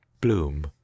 Bloom